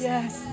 Yes